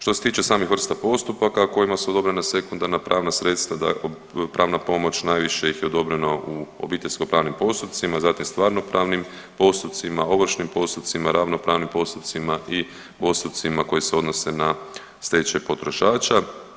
Što se tiče samih vrsta postupaka kojima su odobrena sekundarna pravna sredstva, pravna pomoć, najviše ih je odobreno u obiteljsko pravnim postupcima, zatim stvarno pravnim postupcima, ovršnim postupcima, ravnopravnim postupcima i postupcima koji se odnose na stečaj potrošača.